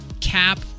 Cap